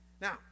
Now